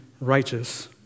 righteous